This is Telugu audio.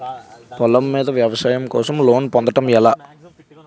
పొలం మీద వ్యవసాయం కోసం లోన్ పొందటం ఎలా?